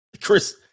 Chris